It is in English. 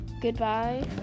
Goodbye